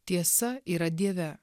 tiesa yra dieve